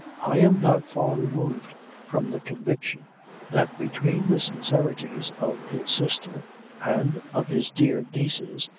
i am not far removed from the conviction that between the sincerities of his sister and of his dear nieces,